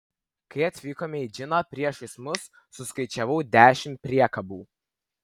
kai atvykome į džiną priešais mus suskaičiavau dešimt priekabų